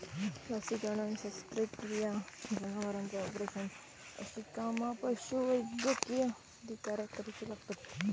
लसीकरण, शस्त्रक्रिया, जनावरांचे ऑपरेशन अशी कामा पशुवैद्यकीय अधिकाऱ्याक करुची लागतत